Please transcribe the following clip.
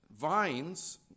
vines